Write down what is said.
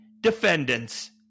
defendants